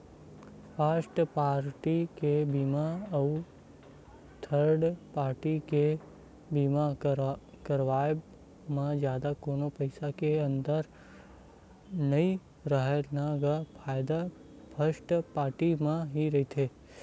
first party के बीमा अउ थर्ड पाल्टी के बीमा करवाब म जादा कोनो पइसा के अंतर नइ राहय न गा फायदा फस्ट पाल्टी म ही रहिथे